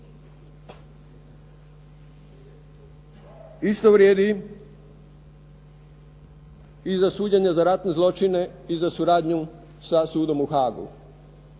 Isto vrijedi i za suđenje za ratne zločine i za suradnju sa sudom u Hagu.